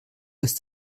ist